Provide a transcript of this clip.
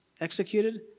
executed